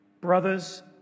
Brothers